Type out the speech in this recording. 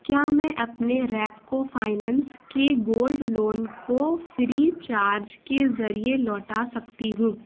کیا میں اپنے ریپکو فائننس کے گولڈ لون کو فری چارج کے ذریعے لوٹا سکتی ہوں